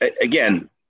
again